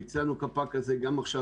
ביצענו קפ"ק כזה גם עכשיו,